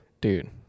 Dude